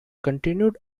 continued